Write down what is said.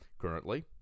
Currently